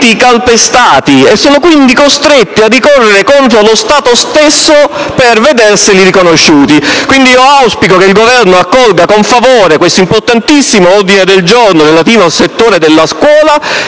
loro diritti calpestati e sono quindi costretti a ricorrere contro lo Stato per vederne il riconoscimento. Auspico pertanto che il Governo accolga questo importantissimo ordine del giorno relativo al settore della scuola